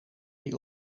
die